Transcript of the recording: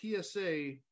PSA